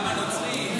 גם הנוצריים,